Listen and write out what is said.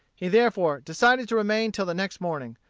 he therefore decided to remain till the next morning,